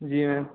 जी ma'am